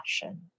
passion